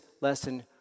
lesson